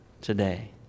today